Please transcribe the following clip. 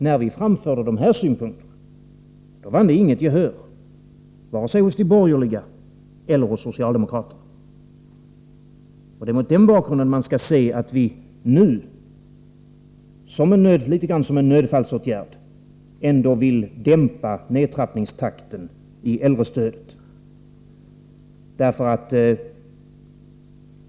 När vi framförde dessa synpunkter vann de emellertid inget gehör, vare sig hos de borgerliga eller hos socialdemokraterna. Det är mot denna bakgrund man skall se det faktum att vi nu, litet grand som en nödfallsåtgärd, ändå vill dämpa takten i nedtrappningen av äldrestödet.